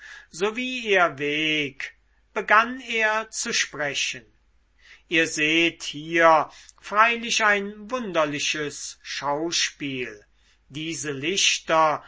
so wie ihr weg begann er zu sprechen ihr seht hier freilich ein wunderliches schauspiel diese lichter